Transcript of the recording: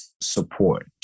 support